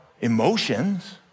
emotions